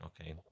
Okay